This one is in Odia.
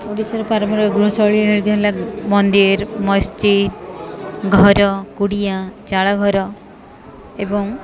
ଓଡ଼ିଶାର ପାରମ୍ପାରିକ ଗୃହଶୈଳୀ ହେଉ ହେଲା ମନ୍ଦିର ମସଜିଦ୍ ଘର କୁଡ଼ିଆ ଚାଳ ଘର ଏବଂ